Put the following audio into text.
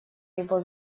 его